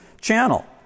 Channel